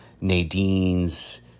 Nadine's